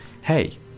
hey